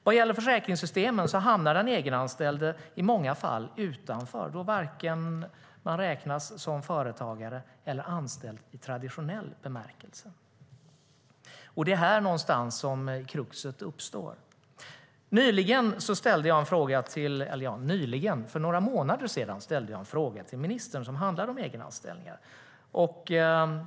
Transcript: Vad gäller försäkringssystemen hamnar den egenanställde i många fall utanför, då man inte räknas som vare sig företagare eller anställd i traditionell bemärkelse. Det är här någonstans som kruxet uppstår. Nyligen - eller nyligen; för några månader sedan - ställde jag en fråga till ministern som handlade om egenanställningar.